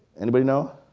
anybody know?